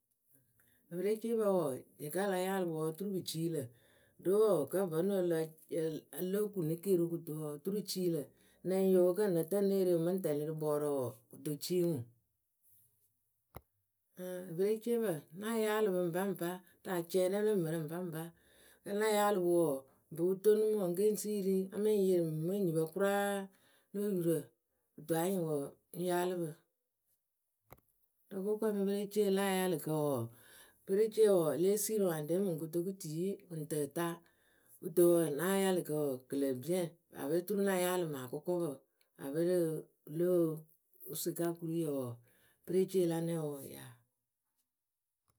Pereceepǝ wɔɔ ǝfǝ a la yaalɨ pɨ oturu pɨ cii lǝ̈,Ɖo wɔɔ kǝ́ vo nǝ ǝ lóo kuŋ ne keeriwǝ nɛŋyoo kǝ́ nǝ tǝ née re ŋwɨ mɨ ŋ tɛlɩ rɨ bɔɔrǝ wɔɔ pɨ cii ŋwɨ, ,Ɨŋ perecepǝ ŋ́ na yaalɨ pɨ ŋpaŋpa rɨ acɛŋyǝ rɛ lǝ mǝrǝ ŋpaŋpa. Kǝ́ na yaalɨ pɨ wɔɔ ŋpɨ pɨ tonu mɨ wǝ́ ŋ́ ke ŋ siiri a mɨ ŋ yɩrɩ mɨŋ me enyipǝ kʊraa, kǝto anyɩŋ wɔɔ ŋ́ yàalɨ pɨ Rɨ kʊkɔɛ mɨ perecee la ayaalɨkǝ wɔɔ, perecee wɔɔ yée siiri ŋwɨ ayɩɖɛ mɨŋ kotoku tiyi mɨŋ tǝta. Kɨto wɔɔ na ayaalɨkǝ kɨ lǝ biɛŋ paape oturu ŋ́ na yaalɨ mɨŋ akʊkɔpǝ paape rɨ pɨlo asɩkakuruyǝ wɔɔ, pereceeyǝ la nɛŋwǝ wɨ yaa.